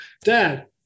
Dad